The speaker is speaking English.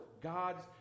God's